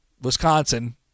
Wisconsin